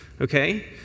okay